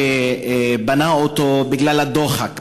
שבנה אותו בגלל הדוחק,